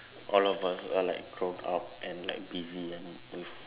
all of us are like grown up and like busy and with